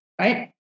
Right